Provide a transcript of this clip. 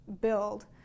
build